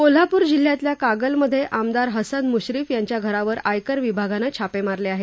कोल्हापूर जिल्ह्यातील कागलमध्ये आमदार हसन मुश्रीफ यांच्या घरावर आयकर विभागाने छापे मारले आहेत